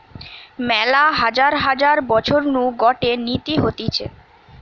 মেলা হাজার হাজার বছর নু গটে নীতি হতিছে